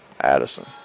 Addison